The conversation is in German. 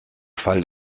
fall